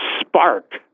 spark